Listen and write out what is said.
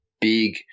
big